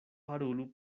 parolu